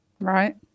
right